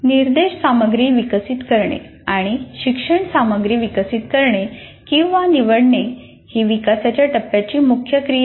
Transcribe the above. निर्देश सामग्री विकसित करणे आणि शिक्षण सामग्री विकसित करणे किंवा निवडणे ही विकासाच्या टप्प्याची मुख्य क्रिया आहे